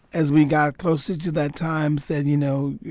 as we got closer to that time, said, you know,